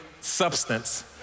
substance